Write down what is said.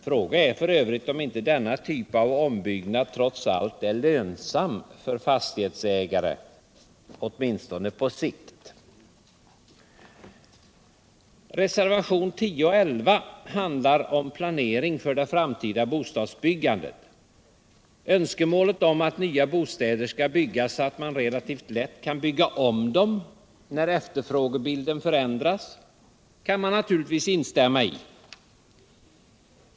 Frågan är f. ö. om inte denna typ av ombyggnad trots allt är lönsam för fastighetsägare — åtminstone på sikt. Reservationerna 10 och 11 handlar om planering för det framtida bostadsbyggandet. Önskemålet om att nya bostäder skall byggas så att man relativt lätt kan bygga om dem när efterfrågebilden förändras kan man naturligtvis instämma i.